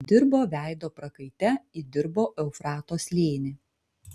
dirbo veido prakaite įdirbo eufrato slėnį